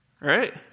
right